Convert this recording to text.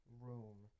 room